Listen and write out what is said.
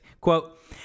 quote